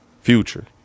Future